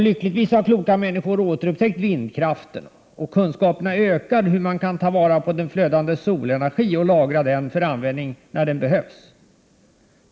Lyckligtvis har kloka människor återupptäckt vindkraften, och kunskaperna ökar om hur man kan ta vara på den flödande solenergin och lagra den för användning när den behövs.